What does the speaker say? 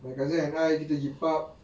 my cousin and kita pergi pub